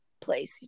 place